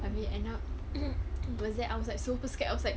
but we end up what's that I was like super scared I was like